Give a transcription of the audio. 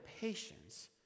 patience